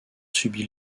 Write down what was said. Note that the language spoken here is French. subit